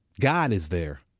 god is there.